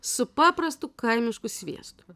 su paprastu kaimišku sviestu